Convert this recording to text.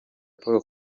paul